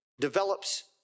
develops